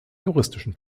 juristischen